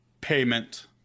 payment